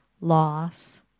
loss